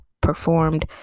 performed